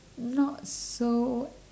not so